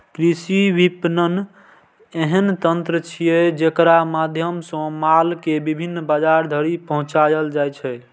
कृषि विपणन एहन तंत्र छियै, जेकरा माध्यम सं माल कें विभिन्न बाजार धरि पहुंचाएल जाइ छै